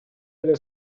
эле